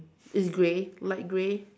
is grey light grey